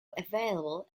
available